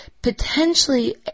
potentially